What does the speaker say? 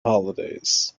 holidays